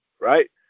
right